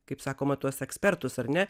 kaip sakoma tuos ekspertus ar ne